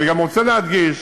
אני גם רוצה להדגיש